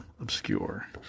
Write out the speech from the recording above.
obscure